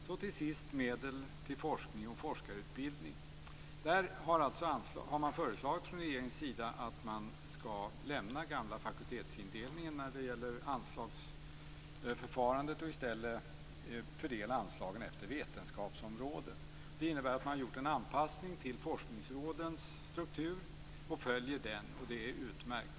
Vad till sist gäller medel till forskning och forskarutbildning har från regeringens sida föreslagits att man skall lämna den gamla fakultetsindelningen i anslagsförfarandet och i stället fördela anslagen efter vetenskapsområden. Det innebär att man gjort en anpassning till forskningsrådens struktur, och det är utmärkt.